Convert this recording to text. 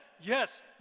yes